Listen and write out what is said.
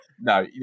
No